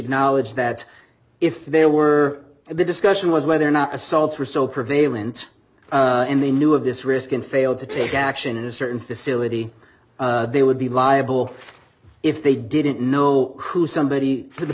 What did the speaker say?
acknowledge that if there were the discussion was whether or not assaults were so prevail and they knew of this risk and failed to take action in a certain facility they would be viable if they didn't know who somebody or the